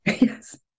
yes